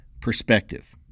perspective